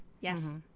yes